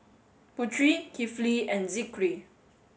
Putri Kifli and Zikri